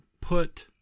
put